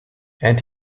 and